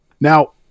Now